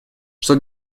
что